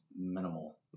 minimal